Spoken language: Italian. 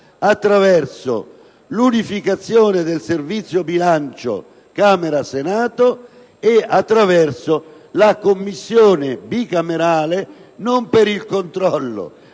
attraverso l'unificazione dei Servizi bilancio di Camera e Senato e attraverso la Commissione bicamerale, non per il controllo,